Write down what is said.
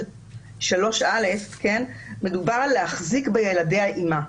ב-2(1)(3א) מדובר על להחזיק בילדי האימא.